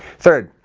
third,